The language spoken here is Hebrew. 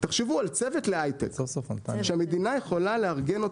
תחשבו על צוות להייטק שהמדינה יכולה לארגן אותו,